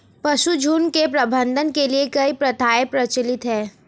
पशुझुण्ड के प्रबंधन के लिए कई प्रथाएं प्रचलित हैं